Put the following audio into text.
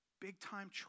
big-time